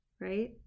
right